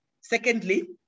Secondly